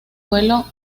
vuelo